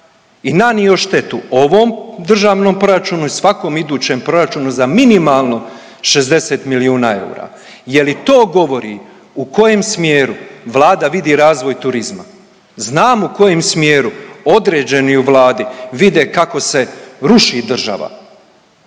i nanio štetu ovom državnom proračunu i svakom idućem proračunu za minimalno 60 milijuna eura. Je li to govori u kojem smjeru Vlada vidi razvoj turizma? Znamo u kojem smjeru određeni u Vladi vide kako se ruši država